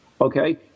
Okay